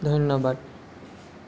ধন্যবাদ